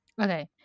Okay